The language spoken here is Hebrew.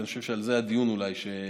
ואני חושב שעל זה אולי הדיון שהעלית.